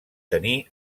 tenir